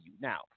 Now